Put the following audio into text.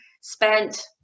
spent